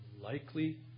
likely